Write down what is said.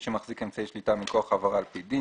שמחזיק אמצעי שליטה מכוח העברה על פי דין.